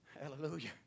Hallelujah